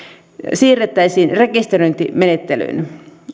siirrettäisiin rekisteröintimenettelyyn